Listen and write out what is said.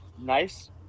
nice